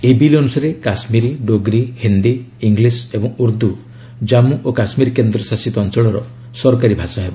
ଏହି ବିଲ୍ ଅନୁସାରେ କାଶ୍ମିରୀ ଡୋଗ୍ରୀ ହିନ୍ଦୀ ଇଙ୍ଗ୍ଲିସ୍ ଏବଂ ଉର୍ଦ୍ଦୁ ଜାନ୍ଧ୍ର ଓ କାଶ୍ମୀର କେନ୍ଦ୍ରଶାସିତ ଅଞ୍ଚଳର ସରକାରୀ ଭାଷା ହେବ